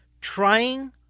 trying